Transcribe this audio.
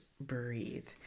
breathe